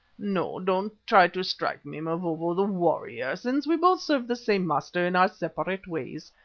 no, don't try to strike me, mavovo the warrior, since we both serve the same master in our separate ways.